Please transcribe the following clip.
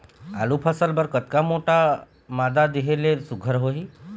आलू फसल बर कतक मोटा मादा देहे ले सुघ्घर होही?